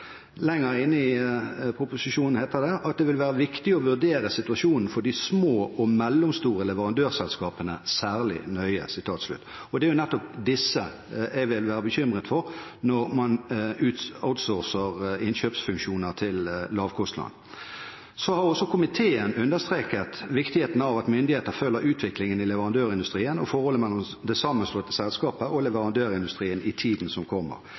i proposisjonen heter det: «Det vil være viktig å vurdere situasjonen for de små og mellomstore leverandørselskapene særlig nøye.» Det er nettopp disse jeg vil være bekymret for når man outsourcer innkjøpsfunksjoner til lavkostland. Komiteen har også understreket viktigheten av at myndigheter følger utviklingen i leverandørindustrien og forholdet mellom det sammenslåtte selskapet og leverandørindustrien i tiden som kommer.